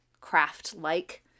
craft-like